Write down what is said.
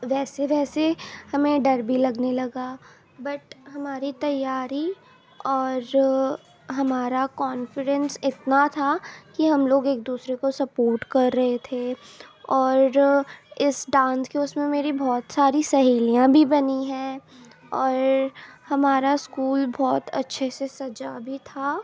ویسے ویسے ہمیں ڈر بھی لگنے لگا بٹ ہماری تیاری اور ہمارا کانفڈینس اتنا تھا کہ ہم لوگ ایک دوسرے کو سپوٹ کر رہے تھے اور اس ڈانس کے اس میں میری بہت ساری سہیلیاں بھی بنی ہیں اور ہمارا اسکول بہت اچھے سے سجا بھی تھا